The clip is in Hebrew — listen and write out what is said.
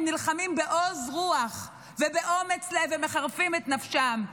נלחמים בעוז רוח ובאומץ לב ומחרפים את נפשם,